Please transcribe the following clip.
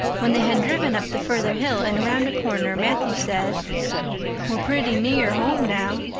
when they had driven up the further hill and around a corner matthew said we're pretty near home now.